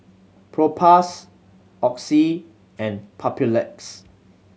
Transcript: Propass Oxy and Papulex